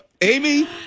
Amy